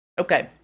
okay